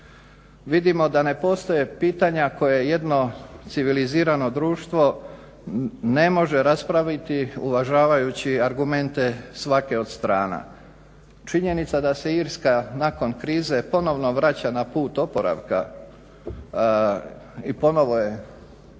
vidimo da ne postoje pitanja koje jedno civilizirano društvo ne može raspraviti uvažavajući argumente svake od strana. Činjenica da se Irska nakon krize ponovno vraća na put oporavka i ponovno je